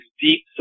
deep